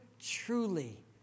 truly